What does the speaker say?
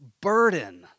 burden